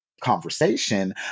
conversation